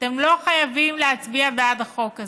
שהם לא חייבים להצביע בעד החוק הזה.